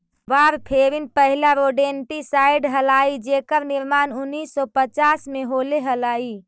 warfarin पहिला rodenticide हलाई जेकर निर्माण उन्नीस सौ पच्चास में होले हलाई